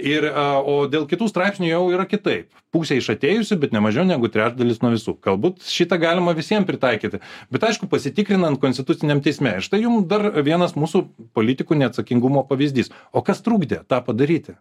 ir o dėl kitų straipsnių jau yra kitaip pusė iš atėjusių bet nemažiau negu trečdalis nuo visų galbūt šį tą galima visiem pritaikyti bet aišku pasitikrinant konstituciniam teisme štai jums dar vienas mūsų politikų neatsakingumo pavyzdys o kas trukdė tą padaryti